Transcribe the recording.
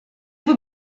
vous